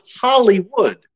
Hollywood